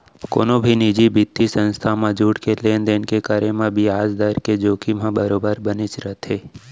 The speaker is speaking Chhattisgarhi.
कोनो भी निजी बित्तीय संस्था म जुड़के लेन देन के करे म बियाज दर के जोखिम ह बरोबर बनेच रथे